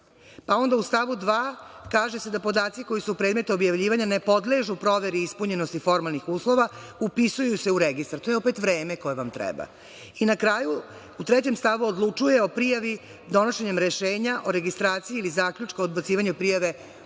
proverava.U stavu dva kaže se da podaci koji su predmet objavljivanja, ne podležu proveri ispunjenosti formalnih uslova, upisuju se u registar. To je opet vreme koje vam treba. I na kraju u trećem stavu odlučuje o prijavi donošenjem rešenja o registraciji ili zaključka o odbacivanja prijave u roku